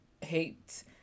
hate